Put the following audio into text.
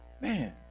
man